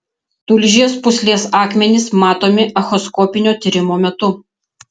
tulžies pūslės akmenys matomi echoskopinio tyrimo metu